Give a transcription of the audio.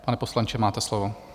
Pane poslanče, máte slovo.